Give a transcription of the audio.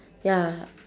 ya